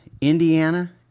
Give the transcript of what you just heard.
Indiana